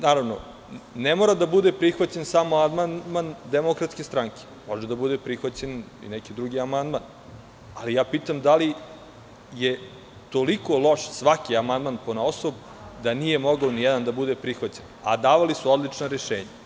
Naravno, ne mora da bude prihvaćen samo amandman DS, može da bude prihvaćen i neki drugi amandman, ali pitam - da li je toliko loš svaki amandman ponaosob, da nije mogao nijedan da bude prihvaćen, a davali su odlična rešenja?